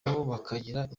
bakagira